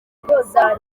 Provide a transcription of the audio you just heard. kwimakaza